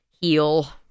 heal